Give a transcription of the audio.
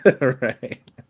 Right